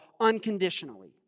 unconditionally